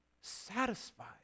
satisfied